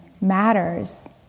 matters